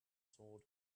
sword